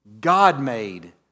God-made